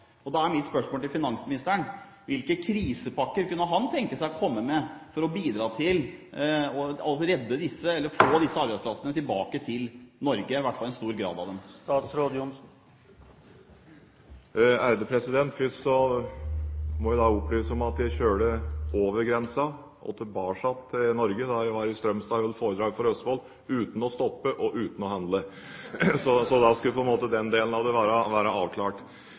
Da er mitt spørsmål til finansministeren: Hvilke krisepakker kunne han tenke seg å komme med for å bidra til å redde eller få disse arbeidsplassene tilbake til Norge, i hvert fall en stor del av dem? Først må jeg da opplyse om at jeg kjørte over grensen og tilbake til Norge da jeg var i Strømstad og holdt foredrag for Østfold, uten å stoppe og uten å handle. Så da skulle den delen av det være avklart!